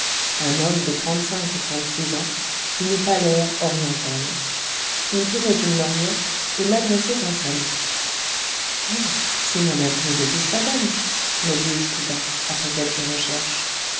un homme de trente-cinq ou trente-six ans d'une pâleur orientale il tenait une lorgnette et m'adressait un salut eh c'est mon inconnu de wiesbaden me dis-je tout bas après quelque recherche